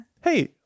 Hey